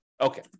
Okay